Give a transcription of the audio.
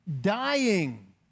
dying